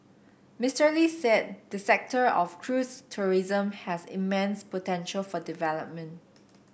Mister Lee said the sector of cruise tourism has immense potential for development